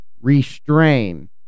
restrain